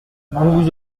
vous